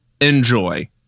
enjoy